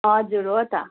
हजुर हो त